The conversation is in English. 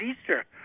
Easter